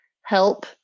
help